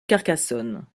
carcassonne